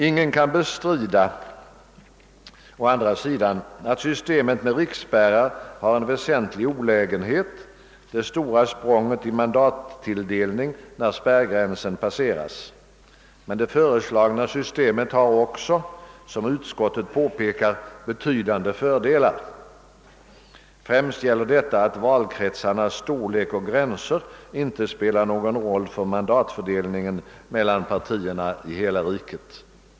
Ingen kan å andra sidan bestrida att systemet med riksspärrar har en väsentlig olägenhet; det stora språnget 1 mandattilldelning när spärrgränsen passeras. Men det föreslagna systemet har, som utskottet påpekar, betydande fördelar. Den främsta fördelen är, att valkretsarnas storlek och gränser inte spelar någon roll för mandatfördelningen mellan partierna i hela riket.